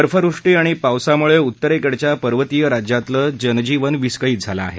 बर्फवृष्टी आणि पावसामुळे उत्तरेकडच्या पर्वतीय राज्यातलं जनजीवन विस्कळीत झालं आहे